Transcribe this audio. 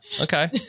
Okay